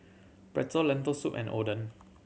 Pretzel Lentil Soup and Oden